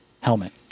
helmet